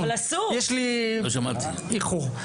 יש לי איחור,